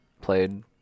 played